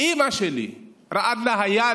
אימא שלי, רעדה לה היד.